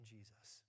Jesus